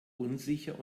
unsicher